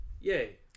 yay